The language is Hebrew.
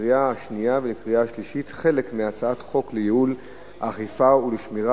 לקריאה השנייה ולקריאה השלישית חלק מהצעת חוק לייעול האכיפה ולשמירה